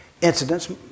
incidents